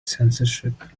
censorship